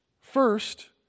First